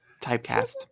Typecast